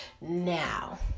Now